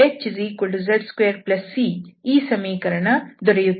ಆದ್ದರಿಂದ ನಮಗೆ hz2c ಈ ಸಮೀಕರಣ ದೊರೆಯುತ್ತದೆ